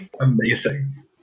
Amazing